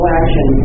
action